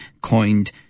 coined